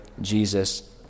Jesus